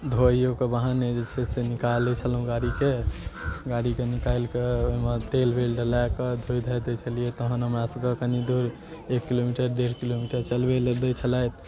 धोइओके बहाने जे छै से निकालै छलहुँ गाड़ीके गाड़ीके निकालिकऽ ओहिमे तेल ओल डलाकऽ धोइ धाइ दै छलिए तहन हमरा सभके कनि दूर एक किलोमीटर डेढ़ किलोमीटर चलबैलए दै छलथि